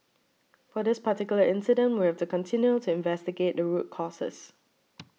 for this particular incident we have to continue to investigate the root causes